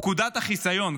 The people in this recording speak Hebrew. פקודת החיסיון.